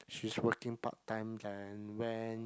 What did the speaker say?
she's working part time then when